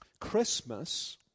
Christmas